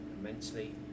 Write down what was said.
immensely